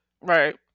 Right